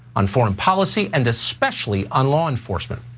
on foreign policy, and especially on law enforcement.